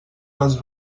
les